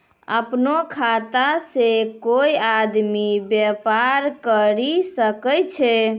अपनो खाता से कोय आदमी बेपार करि सकै छै